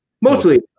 mostly